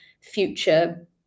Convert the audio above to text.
future